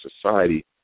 society